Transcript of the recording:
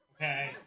okay